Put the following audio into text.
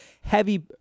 heavy